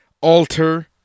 alter